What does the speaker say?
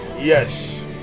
yes